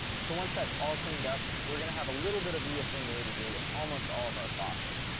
so once that's all cleaned up, we're going to have a little bit of reassembly to do with almost all of our fossils.